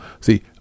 See